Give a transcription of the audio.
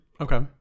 Okay